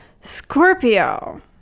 Scorpio